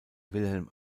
wilhelm